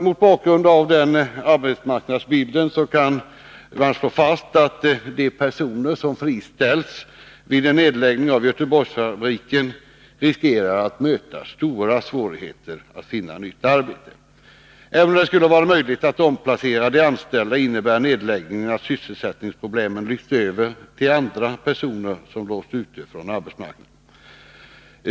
Mot bakgrunden av den arbetsmarknadsbilden kan man slå fast att de personer som friställs vid en nedläggning av Göteborgsfabriken riskerar att möta stora svårigheter när det gäller att finna nytt arbete. Om det skulle vara möjligt att omplacera de anställda innebär nedläggningen att sysselsättningsproblemen lyfts över till andra personer som låsts ute från arbetsmarknaden.